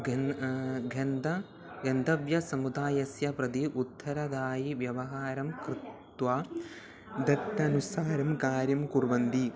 घन् गन्त गन्तव्य समुदायस्य प्रति उत्तरदायि व्यवहारं कृत्वा तदनुसारं कार्यं कुर्वन्ति